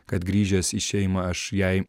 kad grįžęs į šeimą aš jai